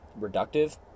reductive